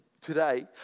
today